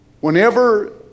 Whenever